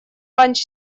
ланч